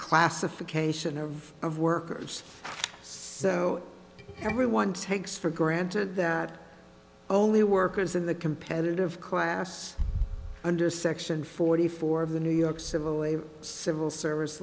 classification of workers so everyone takes for granted that only workers in the competitive class under section forty four of the new york civil a civil